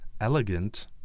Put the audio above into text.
elegant